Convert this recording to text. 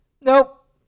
Nope